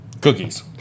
Cookies